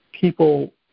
people